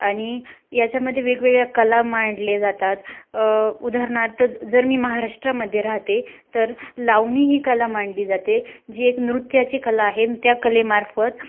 आणि याच्यामध्ये वेगवेगळ्या कला मांडले जातात उदाहरणार्थ जर मी महाराष्ट्रामध्ये राहते तर लावणी ही कला मांडली जाते जी एक नृत्याची कला आहे न त्या कलेमार्फत